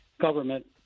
government